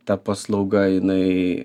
ta paslauga jinai